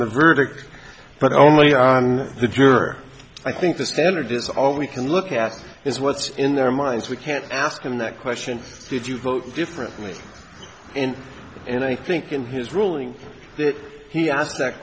the verdict but only the juror i think the standard is all we can look at is what's in their minds we can't ask him that question did you vote differently and i think in his ruling he asked that